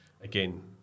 again